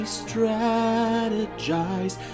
strategize